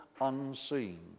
unseen